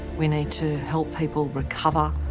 we need to help people recover,